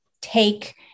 take